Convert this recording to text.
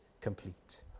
complete